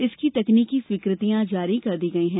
इसकी तकनीकी स्वीकृतियाँ जारी कर दी गई हैं